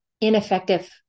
ineffective